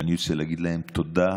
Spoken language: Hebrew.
אני רוצה להגיד להם תודה,